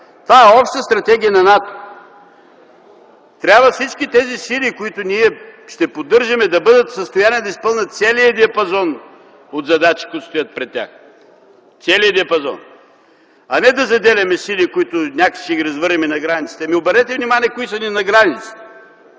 Това е обща стратегия на НАТО. Трябва всички тези сили, които ние ще поддържаме, да бъдат в състояние да изпълнят целия диапазон от задачи, които стоят пред тях, а не да заделяме сили, които, ще ги развърнем на границата. Обърнете внимание кои са ни на границата